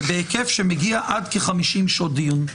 ובהיקף שמגיע עד כ-50 שעות דיון.